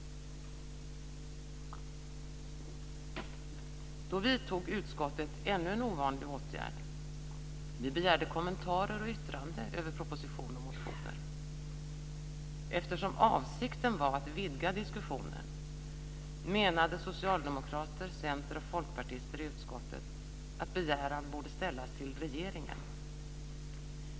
Då vidtog utskottet ännu en ovanlig åtgärd. Vi begärde kommentarer och yttranden över proposition och motioner. Eftersom avsikten var att vidga diskussionen menade socialdemokrater, centerpartister och folkpartister i utskottet att begäran borde ställas till regeringen.